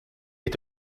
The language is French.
est